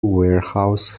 warehouse